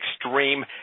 extreme